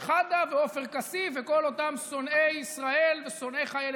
שחאדה ועופר כסיף וכל אותם שונאי ישראל ושונאי חיילי